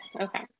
Okay